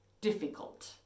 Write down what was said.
difficult